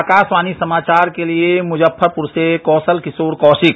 आकाशवाणी समाचार के लिये मुजफ्फरपुर से कौशल किशोर कौशिक